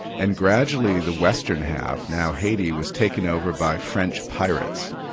and gradually the western half, now haiti, was taken over by french pirates,